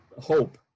hope